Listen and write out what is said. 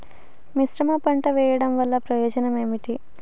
మిశ్రమ పంట వెయ్యడం వల్ల ప్రయోజనం ఏమిటి?